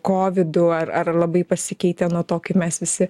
kovidu ar ar labai pasikeitė nuo to kaip mes visi